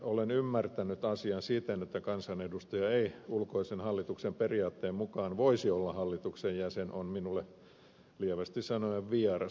olen ymmärtänyt asian siten että kansanedustaja ei ulkoisen hallituksen periaatteen mukaan voisi olla hallituksen jäsen ja se periaate on minulle lievästi sanoen vieras